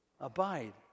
abide